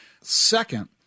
second